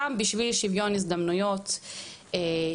גם בשביל שוויון הזדמנויות ובשביל